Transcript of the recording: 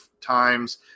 times